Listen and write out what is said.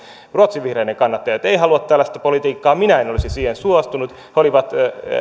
ruotsin vihreiden kannattajat eivät halua tällaista politiikkaa minä en olisi siihen suostunut he olivat